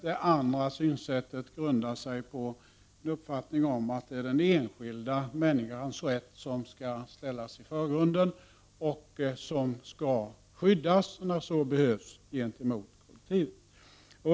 Det andra synsättet grundar sig på uppfattningen att det är den enskilda människans rätt som skall sättas i förgrunden och som skall skyddas när så behövs gentemot kollektivet.